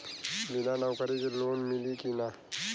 बिना नौकरी के लोन मिली कि ना?